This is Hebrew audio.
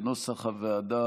כנוסח הוועדה,